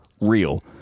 real